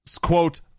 quote